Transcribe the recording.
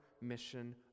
mission